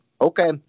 Okay